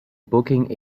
booking